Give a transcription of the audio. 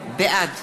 בעד